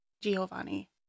Giovanni